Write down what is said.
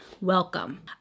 Welcome